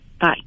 Bye